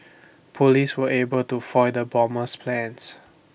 Police were able to foil the bomber's plans